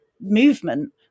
movement